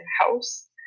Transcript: house